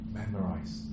memorize